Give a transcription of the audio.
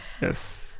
yes